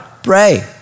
Pray